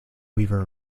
weaver